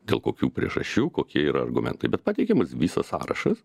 dėl kokių priežasčių kokie yra argumentai bet pateikiamas visas sąrašas